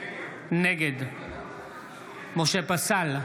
נגד משה פסל,